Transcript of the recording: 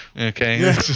okay